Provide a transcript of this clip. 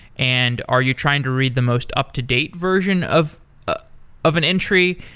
and are you trying to read the most up-to-date version of ah of an entry?